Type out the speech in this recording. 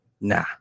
nah